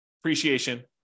appreciation